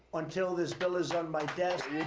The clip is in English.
until this bill is on my desk,